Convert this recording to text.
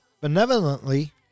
benevolently